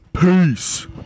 Peace